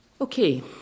Okay